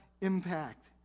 impact